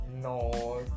No